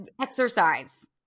Exercise